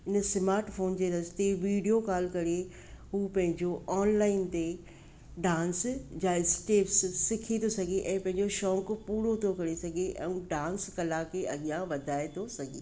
इन smart phone जे रस्ते विडियो कॉल करे उहो पंहिंजो ऑनलाइन ते डांस जा स्टेप्स सिखी थो सघे ऐं पंहिंजो शौक़ु पूरो करे थो सघे ऐं डांस कला के अॻियां वधाए थो सघे